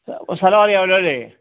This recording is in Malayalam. ആ സ്ഥലം അറിയാമല്ലോ അല്ലെ